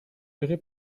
ihre